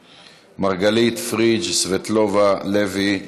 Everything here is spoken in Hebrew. מרגלית, פריג'; סבטלובה, מיקי לוי,